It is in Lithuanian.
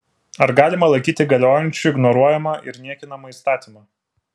ar galima laikyti galiojančiu ignoruojamą ir niekinamą įstatymą